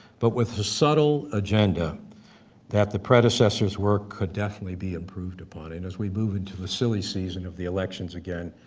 but with the subtle agenda that the predecessors work could definitely be improved upon, and as we move into a silly season of the elections again,